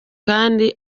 kandi